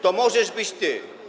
To możesz być ty.